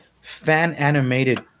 fan-animated